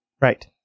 Right